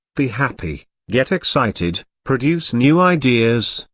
be happy, get excited, produce new ideas,